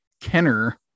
Kenner